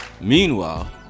Meanwhile